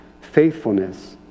faithfulness